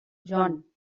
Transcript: john